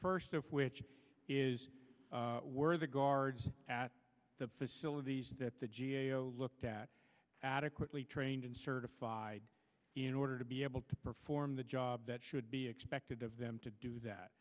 first of which is were the guards at the facilities that the g a o looked at adequately trained and certified in order to be able to perform the job that should be expected of them to do that